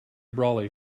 brolly